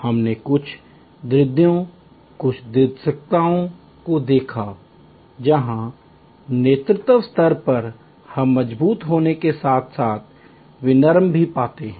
हमने कुछ द्वंद्वों कुछ द्वंद्वात्मकता को देखा जहां नेतृत्व स्तर पर हम मजबूत होने के साथ साथ विनम्रता भी पाते हैं